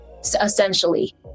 essentially